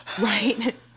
right